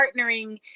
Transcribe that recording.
partnering